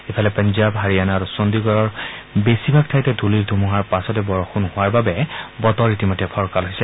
ইফালে পঞ্জাৱ হৰিয়ানা আৰু চণ্ডিগড়ৰ বেচিভাগ ঠাইতে ধুলিৰ ধুমুহাৰ পাছতে বৰযুণৰ হোৱাৰ বাবে বতৰ ফৰকাল হৈছে